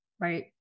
right